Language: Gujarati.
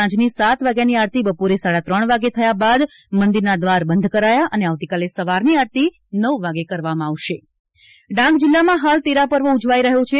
સાંજની સાત વાગ્યાની આરતી બપોરે સાડા ત્રણે વાગે થયા બાદ મંદિરના દ્વારા બંધ કરાયા અને આવતીકાલે સવાર ની આરતી નવ વાગે કરવામાં આવશે ડાંગ જિલ્લામાં હાલ તેરાપર્વ ઉજવાઇ રહ્યો છે